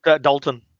Dalton